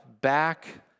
back